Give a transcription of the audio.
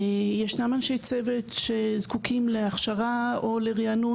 ישנם אנשי צוות שזקוקים להכשרה או לריענון